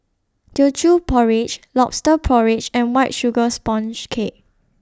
Teochew Porridge Lobster Porridge and White Sugar Sponge Cake